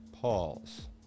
pause